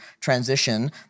transition